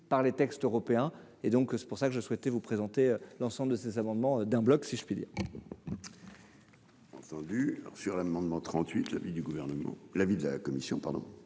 par les textes européens et donc c'est pour ça que je souhaitais vous présenter l'ensemble de ces amendements d'un bloc, si je puis dire. Entendu alors sur l'amendement trente-huit l'avis